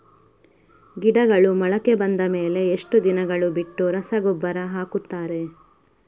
ಗಿಡಗಳು ಮೊಳಕೆ ಬಂದ ಮೇಲೆ ಎಷ್ಟು ದಿನಗಳು ಬಿಟ್ಟು ರಸಗೊಬ್ಬರ ಹಾಕುತ್ತಾರೆ?